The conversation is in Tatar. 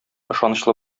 ышанычлы